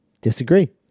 Disagree